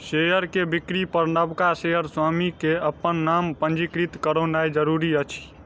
share के बिक्री पर नबका शेयर स्वामी के अपन नाम पंजीकृत करौनाइ जरूरी अछि